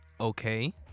okay